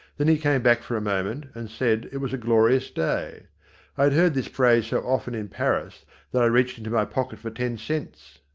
then he came back for a moment and said it was a glorious day. i had heard this phrase so often in paris that i reached into my pocket for ten cents.